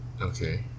okay